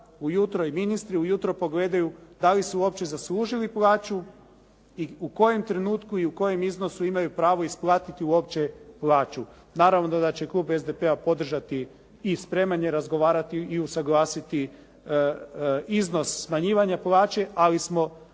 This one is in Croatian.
Vlada i ministri ujutro pogledaju da li su uopće zaslužili plaću i u kojem trenutku i u kojem iznosu imaju pravo isplatiti uopće plaću. Naravno da će klub SDP-a podržati i spreman je razgovarati i usuglasiti iznos smanjivanja plaće, ali smo